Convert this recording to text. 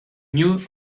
knew